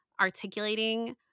articulating